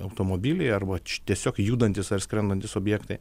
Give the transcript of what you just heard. automobiliai arba tiesiog judantys ar skrendantys objektai